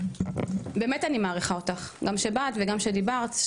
באמת אני מעריכה אותך, גם שבאת, וגם שדיברת.